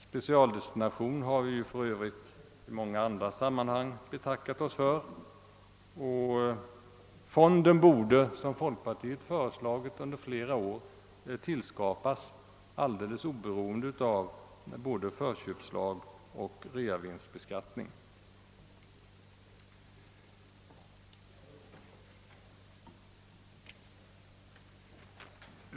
Specialdestination har vi för övrigt i många andra sammanhang betackat oss för. Fonden borde, som folkpartiet föreslagit under flera år, tillskapas alldeles oberoende av både förköpslag och realisationsvinstbeskattning.